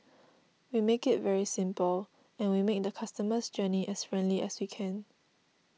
we make it very simple and we make the customer's journey as friendly as we can